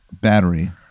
battery